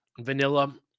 vanilla